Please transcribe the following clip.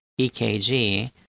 EKG